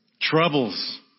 Troubles